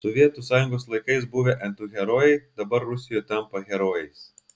sovietų sąjungos laikais buvę antiherojai dabar rusijoje tampa herojais